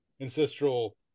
Ancestral